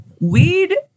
weed